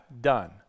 done